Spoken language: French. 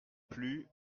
plus